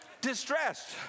distressed